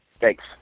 Thanks